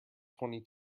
twenty